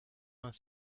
vingt